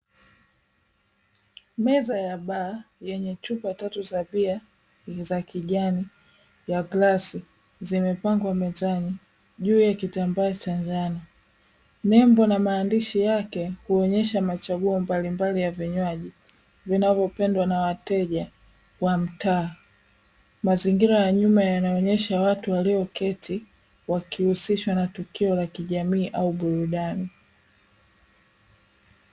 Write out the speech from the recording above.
Meza ya baa yenye chupa tatu za bia, za kijani ya glasi zimepangwa mezani, juu ya kitambaa cha njano. Nembo na maandishi yake huonyesha machaguo mbalimbali ya vinywaji, vinavyopendwa na wateja wa mtaa. Mazingira ya nyuma yanaonyesha watu walioketi, wakihusishwa na tukio la kijamii au burudani.